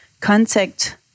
contact